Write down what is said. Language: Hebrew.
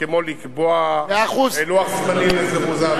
כמו לקבוע לוח זמנים לזירוז העבודות.